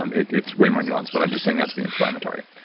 um it's it's way more nuanced but i'm just saying that to be inflammatory.